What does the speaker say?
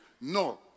No